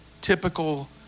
typical